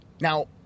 Now